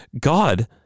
God